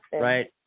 Right